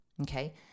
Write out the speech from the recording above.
okay